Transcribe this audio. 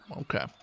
Okay